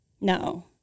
No